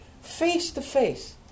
face-to-face